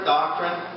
Doctrine